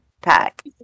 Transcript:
pack